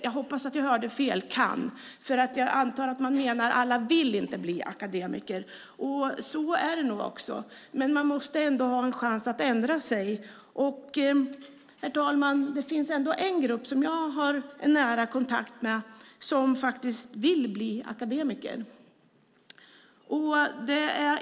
Jag hoppas att jag hörde fel på "kan", för jag antar att man menar att alla inte vill bli akademiker. Så är det nog också, men man måste ändå ha en chans att ändra sig. Och det finns, herr talman, en grupp jag har nära kontakt med som faktiskt vill bli akademiker.